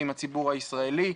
ועם הציבור הישראלי.